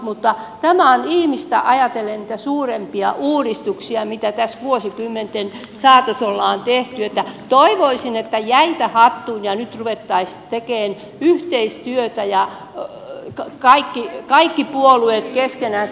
mutta tämä on ihmistä ajatellen niitä suurimpia uudistuksia mitä tässä vuosikymmenten saatossa ollaan tehty niin että toivoisin että jäitä hattuun ja nyt ruvettaisiin tekemään yhteistyötä kaikki puolueet keskenänsä